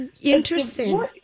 interesting